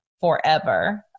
forever